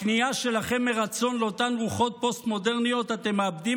בכניעה שלכם מרצון לאותן רוחות פוסט-מודרניות אתם מאבדים